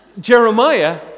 Jeremiah